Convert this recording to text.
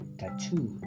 tattoo